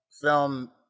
film